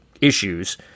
issues